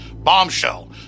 Bombshell